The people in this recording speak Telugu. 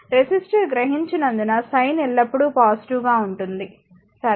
రెసిస్టర్ గ్రహించినందున సైన్ ఎల్లప్పుడూ పాజిటివ్ గా ఉంటుంది సరే